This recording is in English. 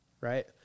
right